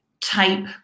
type